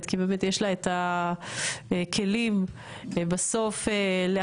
כי באמת יש לה את הכלים בסוף להכריע